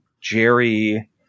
Jerry